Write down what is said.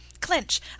Clinch